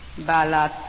Balat